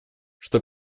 что